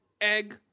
egg